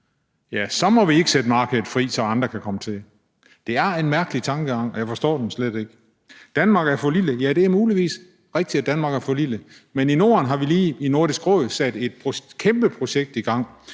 så må vi ikke sætte markedet fri, så andre kan komme til. Det er en mærkelig tankegang. Jeg forstår den slet ikke. Danmark er for lille, siger man . Ja, det er muligvis rigtigt, at Danmark er for lille, men i Norden har vi i Nordisk Råd lige sat et kæmpe projekt i gang,